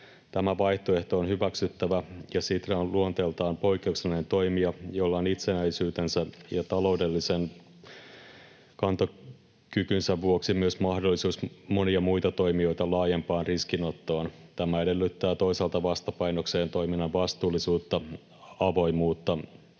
Tämä vaihtoehto on hyväksyttävä, ja Sitra on luonteeltaan poikkeuksellinen toimija, jolla on itsenäisyytensä ja taloudellisen kantokykynsä vuoksi myös mahdollisuus monia muita toimijoita laajempaan riskinottoon. Tämä edellyttää toisaalta vastapainokseen toiminnan vastuullisuutta, avoimuutta